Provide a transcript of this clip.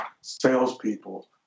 salespeople